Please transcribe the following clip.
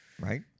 Right